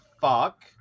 fuck